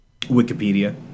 Wikipedia